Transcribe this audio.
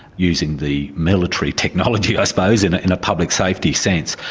using the military technology, i suppose, in in a public safety sense.